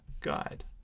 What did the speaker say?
guide